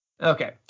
Okay